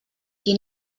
qui